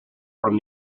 from